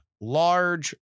large